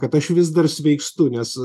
kad aš vis dar sveikstu nes